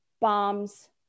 bombs